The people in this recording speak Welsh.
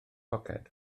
poced